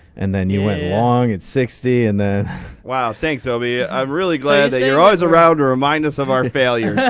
and then you went long at sixty and then wow, thanks, obi. i'm really glad that you're always around to remind us of our failures.